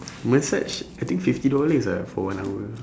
massage I think fifty dollars ah for one hour